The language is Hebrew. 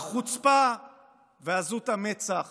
החוצפה ועזות המצח